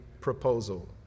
proposal